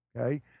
Okay